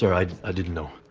so i i didn't know.